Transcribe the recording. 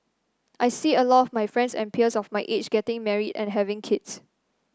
I see a lot my friends and peers of my age getting married and having kids